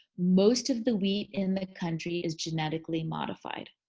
most of the wheat in the country is genetically modified.